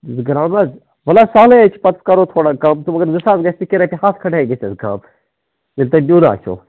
زٕ گرٛام حظ وَلہٕ حظ سہلٕے حظ چھُ پَتہٕ کَرو تھوڑا کَم تہٕ مگر زٕ ساس گژھِ نہٕ کیٚنٛہہ رۄپیہِ ہَتھ کھنٛڈ ہٮ۪کہِ گٔژھِتھ کَم ییٚلہِ تۄہہِ نِیُن آسٮ۪و